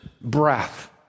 breath